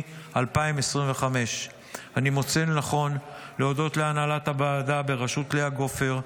2025. אני מוצא לנכון להודות להנהלת הוועדה בראשות לאה גופר,